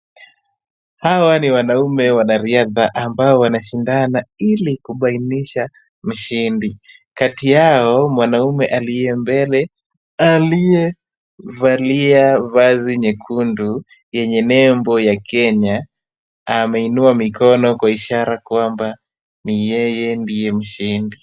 Hawa ni wanaume wanariadha ambao wanashindana ili kubainisha mshindi. Kati yao, mwanamume aliye mbele aliyevalia vazi nyekundu yenye nembo ya Kenya, ameinua mikono kwa ishara kwamba ni yeye ndiye mshindi.